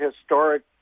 historic